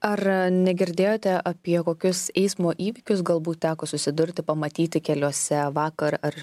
ar negirdėjote apie kokius eismo įvykius galbūt teko susidurti pamatyti keliuose vakar ar